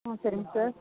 ஆ சரிங்க சார்